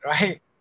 right